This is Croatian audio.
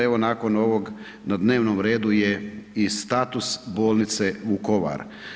Evo nakon ovog na dnevnom redu je i status Bolnice Vukovar.